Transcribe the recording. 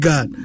God